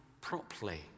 properly